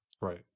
right